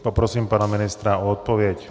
Poprosím pana ministra o odpověď.